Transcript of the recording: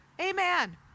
Amen